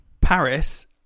Paris